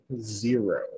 zero